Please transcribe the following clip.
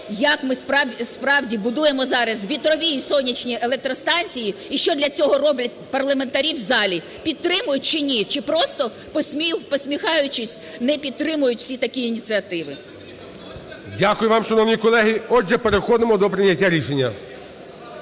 як ми справді будуємо зараз вітрові і сонячні електростанції і що для цього роблять парламентарі в залі, підтримують чи ні, чи просто, посміхаючись, не підтримують всі такі ініціативи. ГОЛОВУЮЧИЙ. Дякую вам, шановні колеги. Отже, переходимо до прийняття рішення.